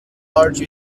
large